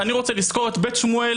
אומר: אני רוצה לשכור את בית שמואל